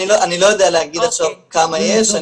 אני לא יודע להגיד עכשיו כמה יש,